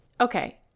Okay